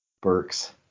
Burks